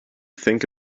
think